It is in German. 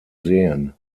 sehen